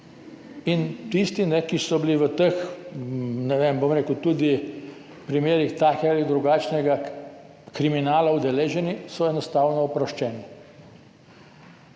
Tisti, ki so bili v teh, ne vem, bom rekel, tudi primerih takega ali drugačnega kriminala udeleženi, so enostavno oproščeni.